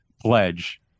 pledge